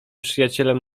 przyjacielem